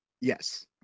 Yes